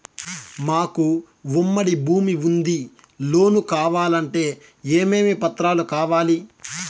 మాకు ఉమ్మడి భూమి ఉంది లోను కావాలంటే ఏమేమి పత్రాలు కావాలి?